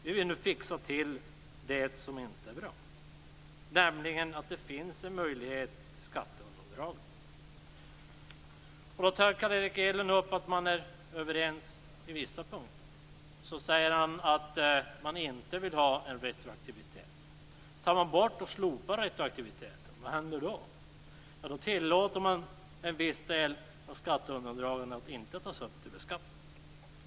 Vi vill nu fixa till det som inte är bra, nämligen att det finns möjligheter till skatteundandragande. Och då säger Carl Erik Hedlund att man är överens i vissa frågor, men att man inte vill ha en retroaktivitet. Om retroaktiviteten slopas, vad händer då? Ja, då tillåter man att en viss del av skatteundandragandet inte tas upp till beskattning.